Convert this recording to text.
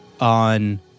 on